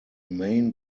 main